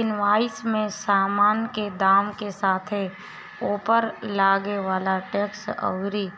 invoice में सामान के दाम के साथे ओपर लागे वाला टेक्स अउरी